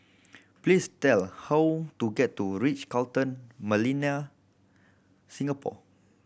please tell how to get to Ritz Carlton Millenia Singapore